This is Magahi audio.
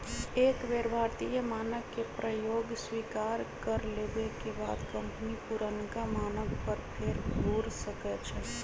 एक बेर भारतीय मानक के प्रयोग स्वीकार कर लेबेके बाद कंपनी पुरनका मानक पर फेर घुर सकै छै